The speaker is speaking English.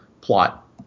plot